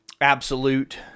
absolute